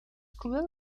cruel